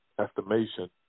estimation